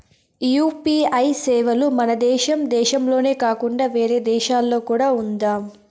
UPI సేవలు మన దేశం దేశంలోనే కాకుండా వేరే దేశాల్లో కూడా ఉందా?